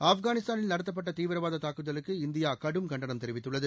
ஆப்கானிஸ்தானில் நடத்தப்பட்ட தீவரவாத தாக்குதலுக்கு இந்தியா கடும் கண்டனம் தெரிவித்துள்ளது